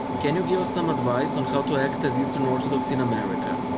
can you give us some advice on how to act as eastern orthodox in america?